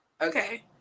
Okay